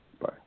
Bye